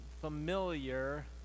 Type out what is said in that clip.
familiar